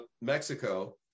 Mexico